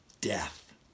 death